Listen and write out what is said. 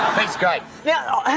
thanks great. yeah.